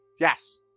Yes